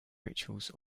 rituals